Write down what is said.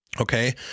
Okay